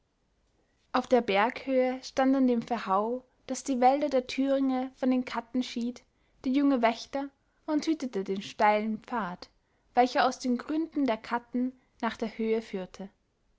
auf der berghöhe stand an dem verhau das die wälder der thüringe von den katten schied der junge wächter und hütete den steilen pfad welcher aus den gründen der katten nach der höhe führte